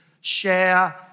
share